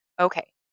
Okay